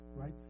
right